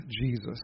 Jesus